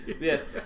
Yes